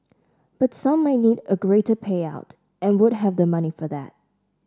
but some might need a greater payout and would have the money for that